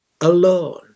alone